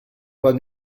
pas